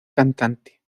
cantante